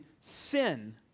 sin